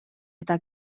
eta